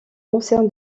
ancien